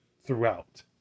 throughout